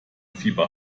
fieber